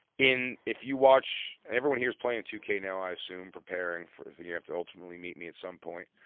in if you watch everyone here is playing two k now, i assume, preparing for when you have to ultimately meet me at some point.